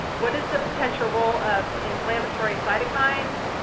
what is the potential role of inflammatory cytokines,